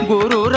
Guru